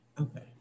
Okay